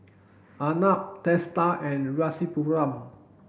Arnab Teesta and Rasipuram